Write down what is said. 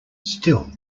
still